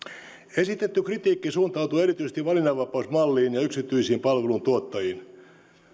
esitetty kritiikki suuntautuu erityisesti valinnanvapausmalliin ja yksityisiin palveluntuottajiin